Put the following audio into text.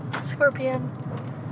scorpion